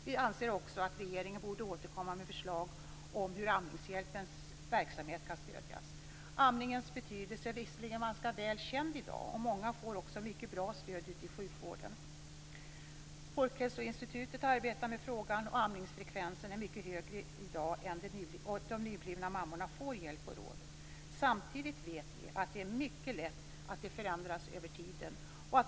Vi anser också att regeringen borde återkomma med förslag om hur Amningshjälpens verksamhet kan stödjas. Amningens betydelse är i och för sig ganska väl känd i dag, och många får ett mycket bra stöd ute i sjukvården. Folkhälsoinstitutet arbetar med frågan, och amningsfrekvensen är mycket högre i dag än tidigare. De nyblivna mammorna får hjälp och råd. Samtidigt vet vi att det är mycket lätt att det här förändras över tiden.